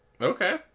Okay